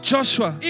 Joshua